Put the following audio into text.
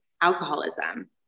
alcoholism